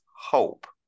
hope